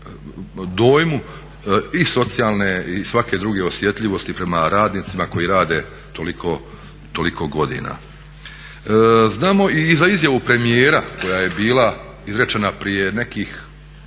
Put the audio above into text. kažem i socijalne i svake druge osjetljivosti prema radnicima koji rade toliko godina. Znamo i za izjavu premijera koja je bila izrečena prije nekih